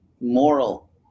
moral